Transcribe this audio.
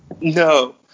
no